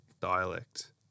dialect